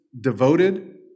devoted